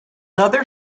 other